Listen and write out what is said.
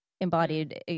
embodied